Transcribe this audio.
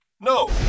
No